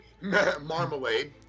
Marmalade